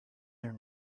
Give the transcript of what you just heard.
their